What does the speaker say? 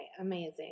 Amazing